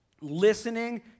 listening